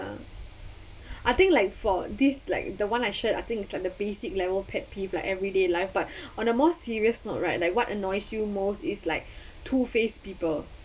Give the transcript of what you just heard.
um ~a what annoys you most is like two-faced people